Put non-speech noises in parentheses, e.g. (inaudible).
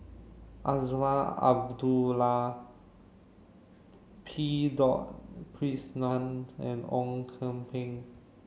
Azman Abdullah P (unintelligible) and Ong Kian Peng